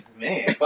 Man